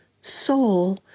soul